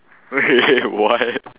oh wait wait what